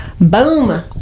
Boom